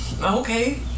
Okay